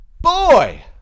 boy